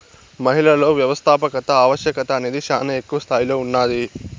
మహిళలలో వ్యవస్థాపకత ఆవశ్యకత అనేది శానా ఎక్కువ స్తాయిలో ఉన్నాది